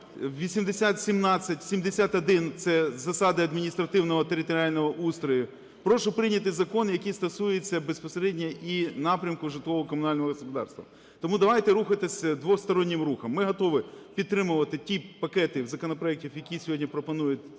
8071 – це засади адміністративного територіального устрою. Прошу прийняти закон, який стосується безпосередньо і напрямку житлово-комунального господарства. Тому давайте рухатися двостороннім рухом. Ми готові підтримувати ті пакети законопроектів, які сьогодні пропонують